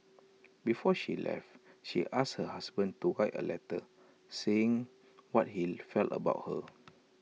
before she left she asked her husband to write A letter saying what he felt about her